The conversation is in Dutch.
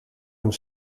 een